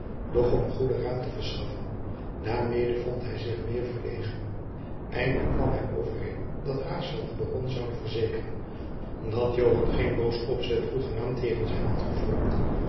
om goeden raad te verschaffen daarmede vond hij zich meer verlegen eindelijk kwamen zij overeen dat raesfelt den baron zoude verzekeren dat joan geen boos opzet hoegenaamd jegens hem had gevormd